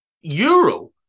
Euro